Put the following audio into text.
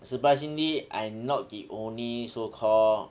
surprisingly I'm not the only so called